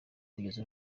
kugera